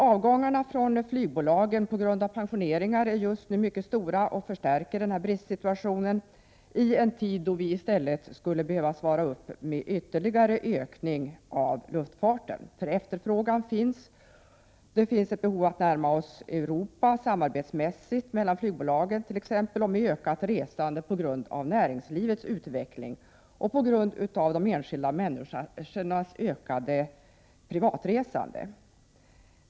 Avgången från flygbolagen på grund av pensioneringar är just nu mycket stor, vilket förstärker denna bristsituation i en tid då man i stället skulle behöva svara upp mot en ytterligare ökning av luftfarten. Det finns en efterfrågan, och det finns ett behov av att flygbolagen samarbetsmässigt närmar sig Europa. Resandet ökar på grund av näringslivets utveckling och de enskilda människornas utökade privatresande.